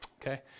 Okay